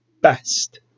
best